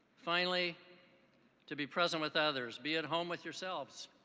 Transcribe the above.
finally to be present with others, be at home with yourselves.